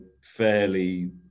fairly